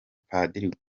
padiri